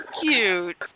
cute